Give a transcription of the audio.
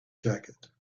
jacket